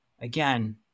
again